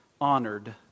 honored